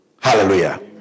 Hallelujah